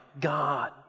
God